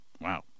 Wow